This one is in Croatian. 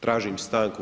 Tražim stanku.